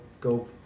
go